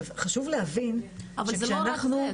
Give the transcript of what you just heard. חשוב להבין שאנחנו --- אבל זה לא רק זה,